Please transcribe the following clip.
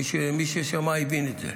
מי ששמע, הבין את זה.